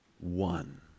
one